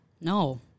No